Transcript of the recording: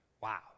Wow